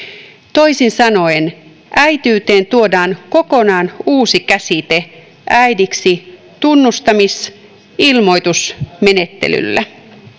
toisin sanoen äitiyteen tuodaan kokonaan uusi käsite äidiksi tunnustamisilmoitusmenettelyllä